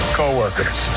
co-workers